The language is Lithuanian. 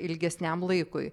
ilgesniam laikui